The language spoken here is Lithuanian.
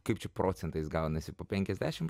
kaip čia procentais gaunasi po penkiasdešim